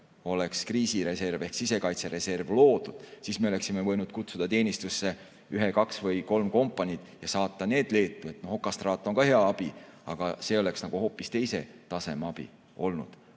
oleks see kriisireserv ehk sisekaitsereserv loodud. Siis me oleksime võinud kutsuda teenistusse ühe kompanii või kaks või kolm kompaniid ja saata need Leetu. Okastraat on hea abi, aga see oleks hoopis teise taseme abi olnud.